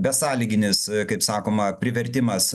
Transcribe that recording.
besąlyginis kaip sakoma privertimas